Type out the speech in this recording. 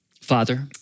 Father